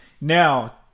Now